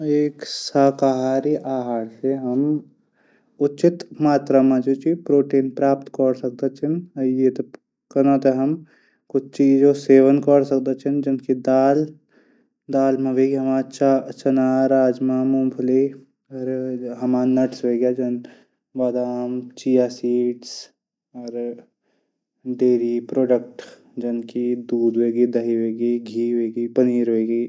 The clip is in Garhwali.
एक शाकाहारी आहार से हम उचित मात्रा मा हम चू प्रोटीन प्राप्त कौर सकदा छन। ये थै कनू कू हम कुछ चीजों सेवन कौ सकदा छन। दाल चना अनाज मुमफली हमर नटस हवगेन जन। बदाम बीट्स अर डेरी प्रोडक्ट जनकी दूध दहि धी पनीर